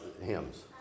hymns